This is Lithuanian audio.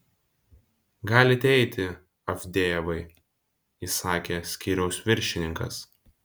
galite eiti avdejevai įsakė skyriaus viršininkas